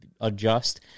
Adjust